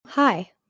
Hi